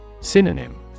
Synonym